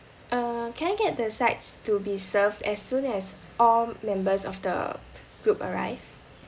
uh can I get the sides to be served as soon as all members of the group arrive